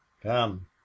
come